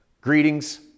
Greetings